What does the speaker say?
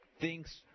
thinks